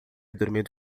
dormindo